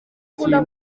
kintu